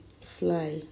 Fly